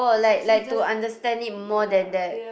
oh like like to understand it more than that